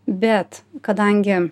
bet kadangi